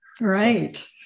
Right